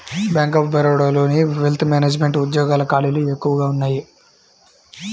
bank of బరోడాలోని wealth management ఉద్యోగాల ఖాళీలు ఎక్కువగా ఉన్నయ్యి